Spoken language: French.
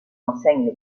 enseigne